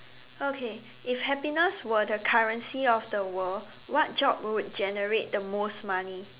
okay if happiness were the currency of the world what job would generate the most money